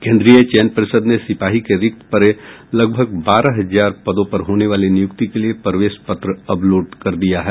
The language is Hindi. केंद्रीय चयन पर्षद ने सिपाही के रिक्त पड़े लगभग बारह हजार पदों पर होने वाली नियुक्ति के लिये प्रवेश पत्र अपलोड कर दिया है